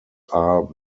are